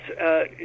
Yes